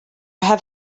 have